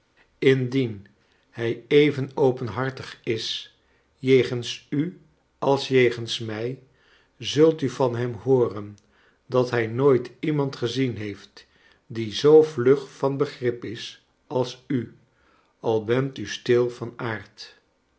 indien hij even openhartig is jegens u als jegens mij zult u van hem hooren dat hij nooit iemand gezien heeft die zoo vlug van begrip is als u al bent u stil van aard